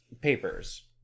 papers